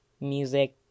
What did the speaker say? music